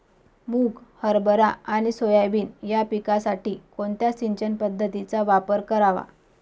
मुग, हरभरा आणि सोयाबीन या पिकासाठी कोणत्या सिंचन पद्धतीचा वापर करावा?